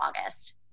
August